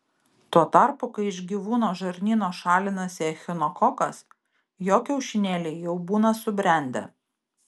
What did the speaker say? tuo tarpu kai iš gyvūno žarnyno šalinasi echinokokas jo kiaušinėliai jau būna subrendę